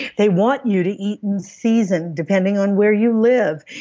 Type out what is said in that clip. they want you to eat in season depending on where you live.